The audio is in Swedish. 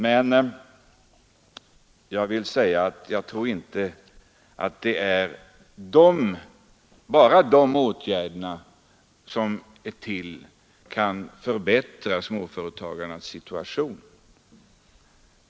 Men jag tror inte att det är bara de åtgärderna som kan förbättra småföretagarnas situation.